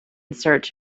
search